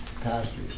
pastors